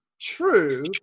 true